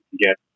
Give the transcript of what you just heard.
get